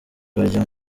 bajya